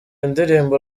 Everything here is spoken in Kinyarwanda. indirimbo